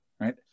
right